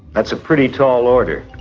that's a pretty tall order.